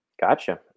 Gotcha